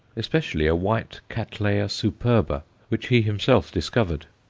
especially a white cattleya superba which he himself discovered.